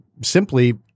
simply